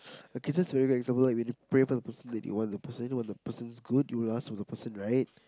okay so so for example right like when you pray for the person that you want the person want the person's good you will ask for the person right